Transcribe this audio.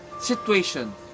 situation